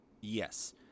Yes